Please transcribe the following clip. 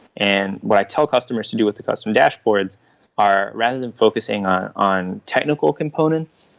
and what i tell customers to do with the custom dashboards are rather than focusing on on technical components,